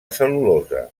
cel·lulosa